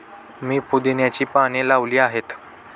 मी पुदिन्याची पाने लावली आहेत